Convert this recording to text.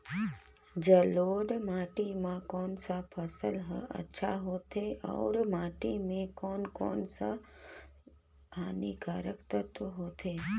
जलोढ़ माटी मां कोन सा फसल ह अच्छा होथे अउर माटी म कोन कोन स हानिकारक तत्व होथे?